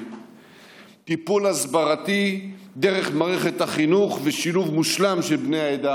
טיפול הסברתי דרך מערכת החינוך ושילוב מושלם של בני העדה